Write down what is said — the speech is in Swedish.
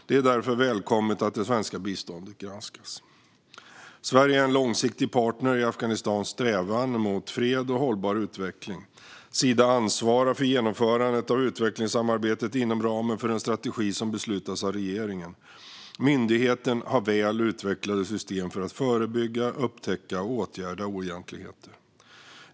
Det är därför välkommet att det svenska biståndet granskas. Sverige är en långsiktig partner i Afghanistans strävan mot fred och hållbar utveckling. Sida ansvarar för genomförandet av utvecklingssamarbetet inom ramen för en strategi som beslutas av regeringen. Myndigheten har väl utvecklade system för att förebygga, upptäcka och åtgärda oegentligheter.